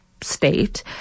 state